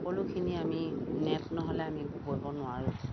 সকলোখিনি আমি নেট নহ'লে আমি একো কৰিব নোৱাৰোঁ